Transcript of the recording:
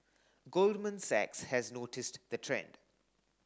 Goldman Sachs has noticed the trend